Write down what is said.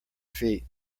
feet